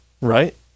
Right